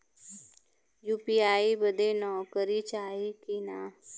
UPI बदे नौकरी चाही की ना?